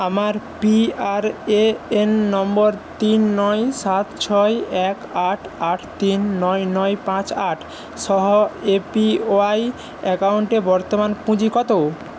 আমার পিআরএএন নম্বর তিন নয় সাত ছয় এক আট আট তিন নয় নয় পাঁচ আট সহ এপিওয়াই অ্যাকাউন্টে বর্তমান পুঁজি কত